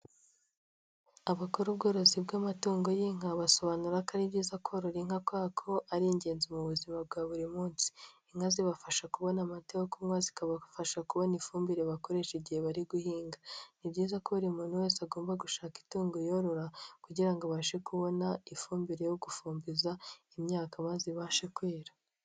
Abakora ubworozi bw'amatungo y'inka basobanura ko ari byiza korora inka kubera ko ari ingenzi mu buzima bwa buri munsi, inka zibafasha kubona amata yo kunywa, zikabafasha kubona ifumbire bakoresha igihe bari guhinga; ni byiza ko buri muntu wese agomba gushaka itungo yorora kugira abashe kubona ifumbire yo gufumbiza imyaka maze ibashe kwera.